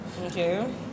Okay